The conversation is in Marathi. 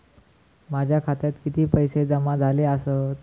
माझ्या खात्यात किती पैसे जमा झाले आसत?